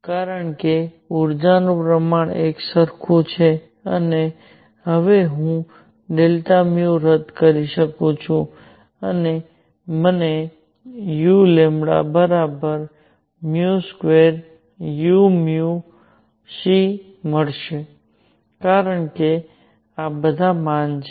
કારણ કે ઊર્જાનું પ્રમાણ એક સરખું છે અને હવે હું Δν રદ કરી શકું છું અને મને u2uc મળશે કારણ કે આ બધા માન છે